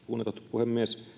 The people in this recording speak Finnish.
puhemies